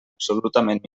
absolutament